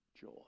joy